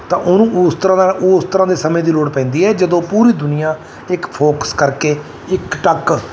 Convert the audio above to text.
ਤਾਂ ਉਹਨੂੰ ਉਸ ਤਰ੍ਹਾਂ ਨਾਲ ਉਹ ਉਸ ਤਰ੍ਹਾਂ ਦੇ ਸਮੇਂ ਦੀ ਲੋੜ ਪੈਂਦੀ ਹੈ ਜਦੋਂ ਪੂਰੀ ਦੁਨੀਆ ਇੱਕ ਫੋਕਸ ਕਰਕੇ ਇੱਕ ਟੱਕ